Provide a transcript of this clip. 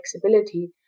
flexibility